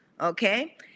Okay